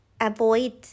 avoid